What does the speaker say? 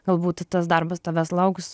galbūt tas darbas tavęs lauks